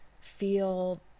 feel